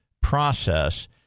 process